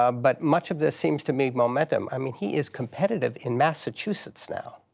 um but much of this, seems to me, momentum. i mean, he is competitive in massachusetts now.